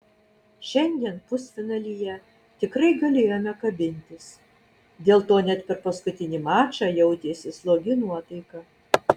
šiandien pusfinalyje tikrai galėjome kabintis dėl to net per paskutinį mačą jautėsi slogi nuotaika